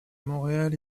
montréal